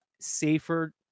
safer